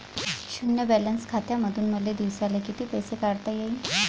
शुन्य बॅलन्स खात्यामंधून मले दिवसाले कितीक पैसे काढता येईन?